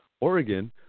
Oregon